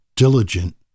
diligent